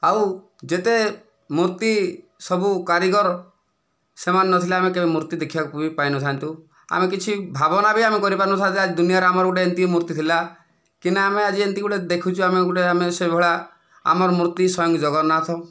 ଆଉ ଯେତେ ମୂର୍ତ୍ତି ସବୁ କାରିଗର ସେମାନେ ନଥିଲେ ଆମେ କେବେ ମୂର୍ତ୍ତି ଦେଖିବାକୁ ବି ପାଇନଥାନ୍ତୁ ଆମେ କିଛି ଭାବନା ବି ଆମେ କରିପାରିନଥାନ୍ତୁ ଯେ ଆଜି ଦୁନିଆଁରେ ଆମର ଗୋଟେ ଏମିତି ମୂର୍ତ୍ତି ଥିଲା କି ନା ଆମେ ଆଜି ଏମିତି ଗୋଟେ ଦେଖୁଛୁ ଆମେ ଗୋଟେ ଆମେ ସେ ଭଳିଆ ଆମର ମୂର୍ତ୍ତି ସ୍ଵୟଂ ଜଗନ୍ନାଥ